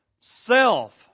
self